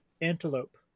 antelope